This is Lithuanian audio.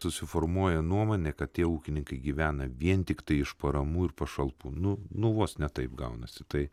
susiformuoja nuomonė kad tie ūkininkai gyvena vien tiktai iš paramų ir pašalpų nu nu vos ne taip gaunasi tai